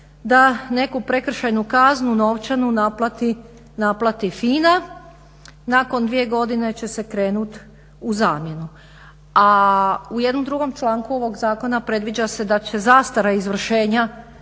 da neku prekršajnu kaznu novčanu naplati FINA, nakon dvije godine će se krenuti u zamjenu. A u jednom drugom članku ovog zakona predviđa se da će zastara izvršenja